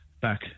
back